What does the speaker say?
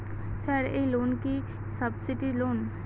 Sir এই loan কি subsidy loan?